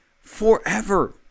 forever